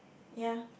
ya